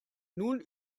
nun